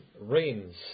Rains